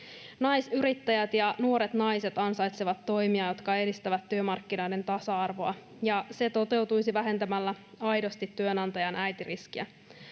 Naisyrittäjät ja nuoret naiset ansaitsevat toimia, jotka edistävät työmarkkinoiden tasa-arvoa, ja se toteutuisi vähentämällä aidosti työnantajan äitiriskiä.